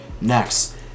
Next